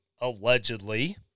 allegedly